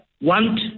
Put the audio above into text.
want